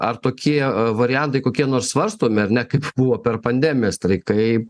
ar tokie variantai kokie nors svarstomi ar ne kaip buvo per pandemiją streikai